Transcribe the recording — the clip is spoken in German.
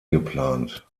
geplant